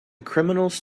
criminals